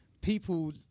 people